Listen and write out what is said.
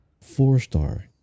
four-star